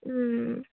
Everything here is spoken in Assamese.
ও